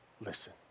listen